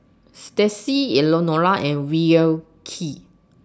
Stacie Elenora and Wilkie